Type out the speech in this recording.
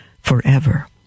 forever